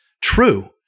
true